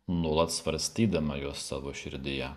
nuolat svarstydama juos savo širdyje